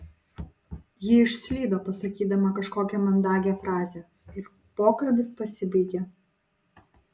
ji išslydo pasakydama kažkokią mandagią frazę ir pokalbis pasibaigė